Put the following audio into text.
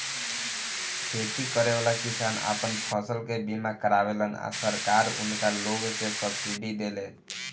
खेती करेवाला किसान आपन फसल के बीमा करावेलन आ सरकार उनका लोग के सब्सिडी देले